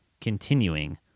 continuing